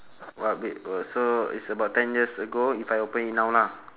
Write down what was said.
what be orh so it's about ten years ago if I open it now lah